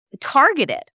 targeted